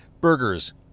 burgers